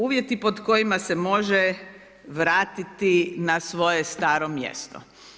Uvjeti pod kojima se može vratiti na svoje staro mjesto.